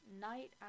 night